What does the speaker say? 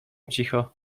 cicho